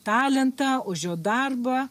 talentą už jo darbą